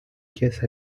case